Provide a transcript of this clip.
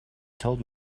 told